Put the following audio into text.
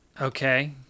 Okay